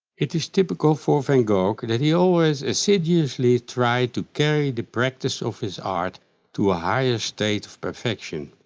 it is typical for van gogh that and he always assiduously tried to carry the practice of his art to a higher state of perfection.